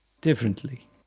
differently